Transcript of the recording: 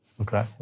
Okay